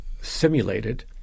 simulated